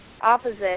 opposite